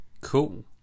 cool